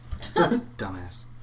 Dumbass